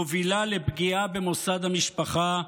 מובילה לפגיעה במוסד המשפחה,